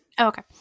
Okay